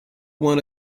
want